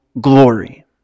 glory